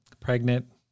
pregnant